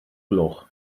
gloch